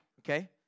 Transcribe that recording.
okay